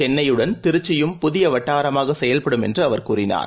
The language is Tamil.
சென்ளையுடன் திருச்சியும் புதியவட்டாரமாகசெயல்படும் என்றுஅவர் கூறினார்